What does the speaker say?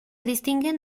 distinguen